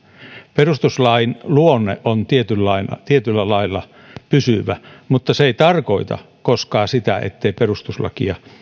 perustuslain luonne on tietyllä lailla tietyllä lailla pysyvä mutta se ei tarkoita koskaan sitä ettei perustuslakia